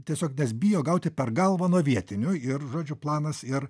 tiesiog nes bijo gauti per galvą nuo vietinių ir žodžiu planas ir